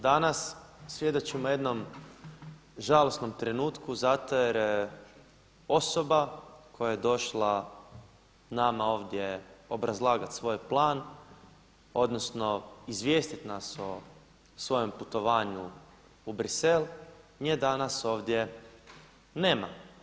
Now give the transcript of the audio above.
Danas svjedočimo jednom žalosnom trenutku zato jer osoba koja je došla nama ovdje obrazlagati svoj plan odnosno izvijestiti nas o svojem putovanju u Bruxelles, nje danas ovdje nema.